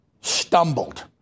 stumbled